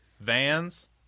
vans